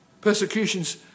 Persecutions